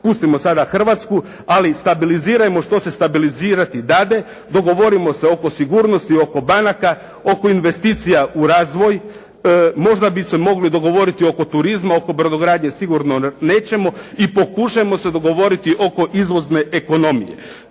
pustimo sada Hrvatsku, ali i stabilizirajmo što stabilizirati dade, dogovorimo se oko sigurnosti, oko banaka, oko investicija u razvoj. Možda bi se mogli dogovoriti oko turizma, oko brodogradnje sigurno nećemo i pokušajmo se dogovoriti oko izvozne ekonomije.